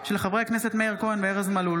של חברי הכנסת מאיר כהן וארז מלול